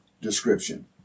description